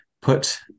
put